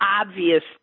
obvious